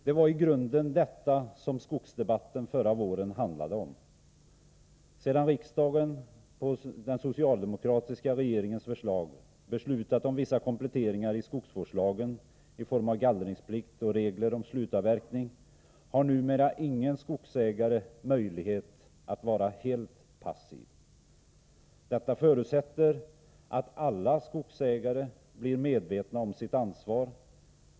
Det var i grunden detta som skogsdebatten förra våren handlade om. Sedan riksdagen på den socialdemokratiska regeringens förslag beslutat om vissa kompletteringar i skogsvårdslagen i form av gallringsplikt och regler om slutavverkning har ingen skogsägare numera möjlighet att vara helt passiv. Beslutet förutsätter att alla skogsägare blir medvetna om sitt ansvar.